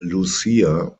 lucia